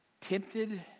tempted